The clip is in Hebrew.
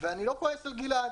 ואני לא כועס על גלעד,